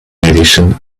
edition